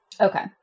Okay